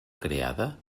creada